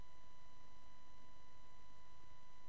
איש